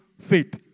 faith